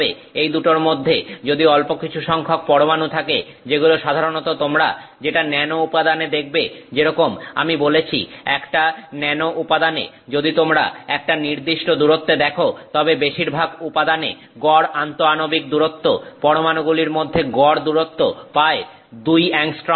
এই দুটোর মধ্যে যদি অল্প কিছু সংখ্যক পরমাণু থাকে যেগুলো সাধারণত তোমরা যেটা ন্যানো উপাদানে দেখবে যেরকম আমি বলেছি একটা ন্যানো উপাদানে যদি তোমরা একটা নির্দিষ্ট দূরত্বে দেখো তবে বেশিরভাগ উপাদানে গড় আন্তঃআণবিক দূরত্ব পরমাণুগুলির মধ্যে গড় দূরত্ব প্রায় 2 অ্যাংস্ট্রম হবে